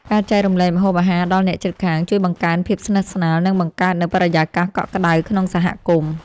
ការចែករំលែកម្ហូបអាហារដល់អ្នកជិតខាងជួយបង្កើនភាពស្និទ្ធស្នាល និងបង្កើតនូវបរិយាកាសកក់ក្តៅក្នុងសហគមន៍។